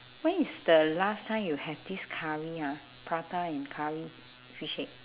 when is the last time you have this curry ah prata and curry fish head